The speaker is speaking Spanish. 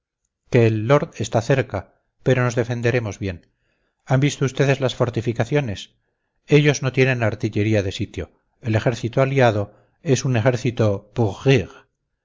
que el lord está cerca pero nos defenderemos bien han visto ustedes las fortifícaciones ellos no tienen artillería de sitio el ejército aliado es un ejército